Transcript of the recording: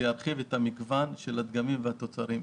זה ירחיב את מגוון הדגמים והמוצרים.